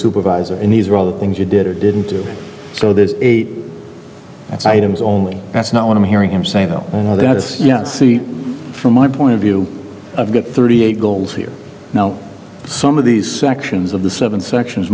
supervisor and these are all the things you did or didn't do so there's eight items only that's not what i'm hearing him say you know that as yet see from my point of view i've got thirty eight goals here now some of these sections of the seven sections